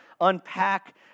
unpack